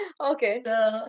Okay